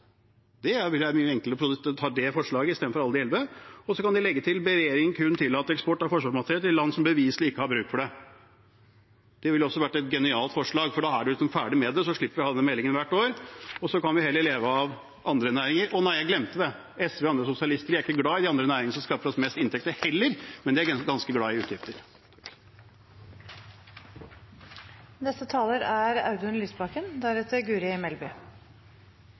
Det ville være mye enklere å fremme det forslaget i stedet for alle de 11. Og så kan de legge til: Stortinget ber regjeringen kun tillate eksport av forsvarsmateriell til land som beviselig ikke har bruk for det. Det ville også vært et genialt forslag, for da er man liksom ferdig med det, og så slipper vi å ha denne meldingen hvert år, og så kan vi heller leve av andre næringer. Å nei, jeg glemte det: SV og andre sosialister er heller ikke glad i de andre næringene som skaffer oss mest inntekter, men de er ganske glad i utgifter.